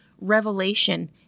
revelation